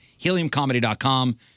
HeliumComedy.com